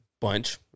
Bunch